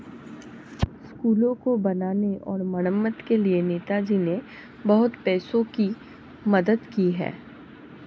स्कूलों को बनाने और मरम्मत के लिए नेताजी ने बहुत पैसों की मदद की है